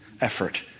effort